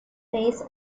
base